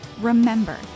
Remember